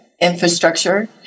infrastructure